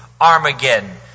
Armageddon